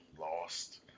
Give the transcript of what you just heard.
lost